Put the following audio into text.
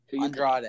Andrade